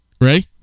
Ray